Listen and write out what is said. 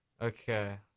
Okay